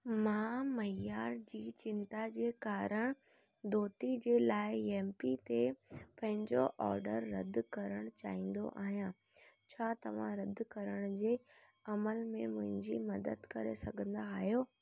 मां मइयार जी चिंता जे कारण धोती जे लाइ येपमी ते पंहिंजो ऑडर रद्द करण चाहिंदो आहियां छा तव्हां रद्द करण जे अमल में मुंहिंजी मदद करे सघंदा आहियो